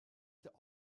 der